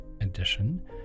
Edition